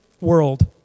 world